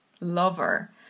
lover